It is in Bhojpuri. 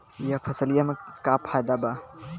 यह फसलिया में का फायदा बा?